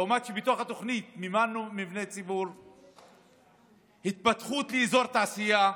למרות שבתוך התוכנית מימנו מבני ציבור והתפתחות אזור תעשייה.